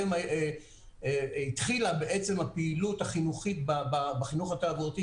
השנה התחילה בעצם הפעילות החינוכית בחינוך התעבורתי.